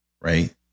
right